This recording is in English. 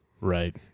Right